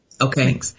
Okay